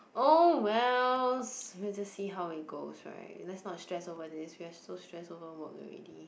oh well let's just see how it goes right let's no stress over this we are so stressed over work already